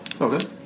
Okay